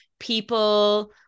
People